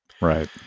Right